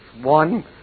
one